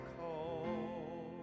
call